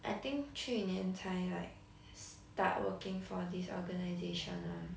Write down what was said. I think 去年才 like start working for this organisation one